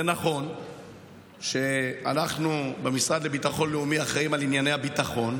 זה נכון שאנחנו במשרד לביטחון לאומי אחראים לענייני הביטחון,